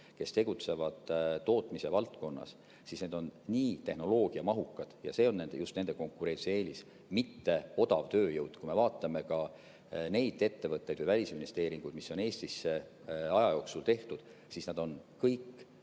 kes tegutsevad tootmisvaldkonnas, siis tean, et need on tehnoloogiamahukad ja just see on nende konkurentsieelis, mitte odavtööjõud. Kui me vaatame ka neid ettevõtteid või välisinvesteeringuid, mis on Eestisse aja jooksul tehtud, siis kõik